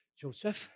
Joseph